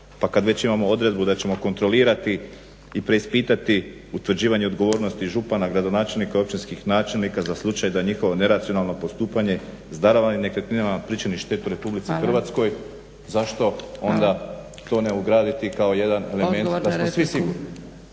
Pa kada već imamo odredbu da ćemo kontrolirati i preispitati utvrđivanje odgovornosti župana, gradonačelnika, općinskih načelnika za slučaj da njihovo neracionalno postupanje sa darovanim nekretninama pričini štetu Republici Hrvatskoj… …/Upadica: Hvala, hvala./… … zašto onda to ne ugraditi kao jedan element da smo svi sigurni.